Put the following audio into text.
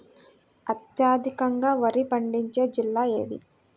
అత్యధికంగా వరి పండించే జిల్లా ఏది?